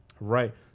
right